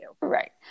Right